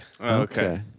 Okay